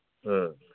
ꯑ